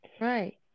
Right